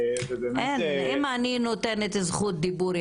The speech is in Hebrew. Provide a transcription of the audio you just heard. אם אני נותנת זכות דיבור,